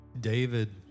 David